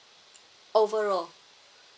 overall